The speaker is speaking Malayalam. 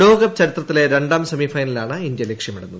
ലോകകപ്പ് ചരിത്രത്തിലെ രണ്ടാം സെമിഫൈനലാണ് ഇന്ത്യ ലക്ഷ്യമിടുന്നത്